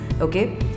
okay